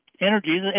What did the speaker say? energy